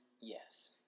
Yes